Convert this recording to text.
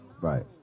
Right